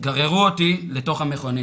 גררו אותי לתוך המכונית.